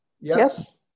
Yes